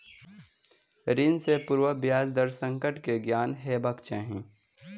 ऋण सॅ पूर्व ब्याज दर संकट के ज्ञान हेबाक चाही